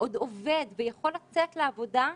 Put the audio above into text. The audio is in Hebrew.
עוד עובד ויכול לצאת לעבודה,